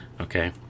okay